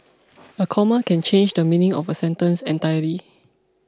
a comma can change the meaning of a sentence entirely